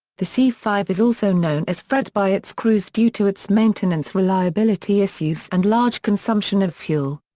the c five is also known as fred by its crews due to its maintenance reliability issues and large consumption of fuel.